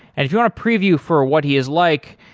if you want to preview for what he is like,